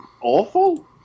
awful